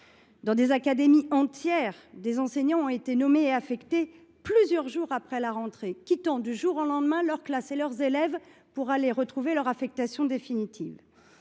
Dans plusieurs académies, des enseignants ont été nommés et affectés plusieurs jours après la rentrée, quittant du jour au lendemain leurs classes et leurs élèves pour rejoindre leur affectation définitive.